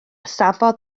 safodd